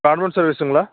broadband சர்வீஸுங்களா